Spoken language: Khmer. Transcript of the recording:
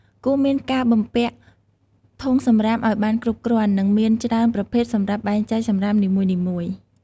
គួរមានការបំពាក់ធុងសំរាមឱ្យបានគ្រប់គ្រាន់ និងមានច្រើនប្រភេទសម្រាប់បែងចែកសំរាមនីមួយៗ។